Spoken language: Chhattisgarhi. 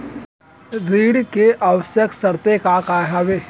ऋण के आवश्यक शर्तें का का हवे?